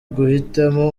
uguhitamo